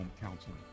Counseling